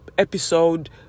episode